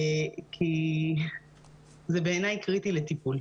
כי זה בעיניי קריטי לטיפול.